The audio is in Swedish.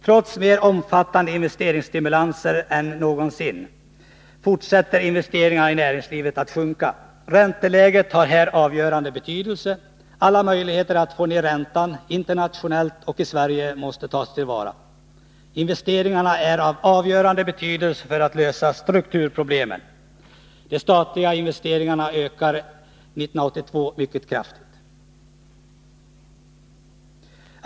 Trots mer omfattande investeringsstimulanser än någonsin fortsätter investeringarna i näringslivet att sjunka. Ränteläget har här avgörande betydelse. Alla möjligheter att få ner räntan — internationellt och i Sverige — måste tas till vara. Investeringarna är av avgörande betydelse för att vi skall kunna lösa strukturproblemen. De statliga investeringarna ökar 1982 mycket kraftigt.